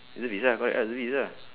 reservist ah correct reservist ah